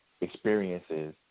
experiences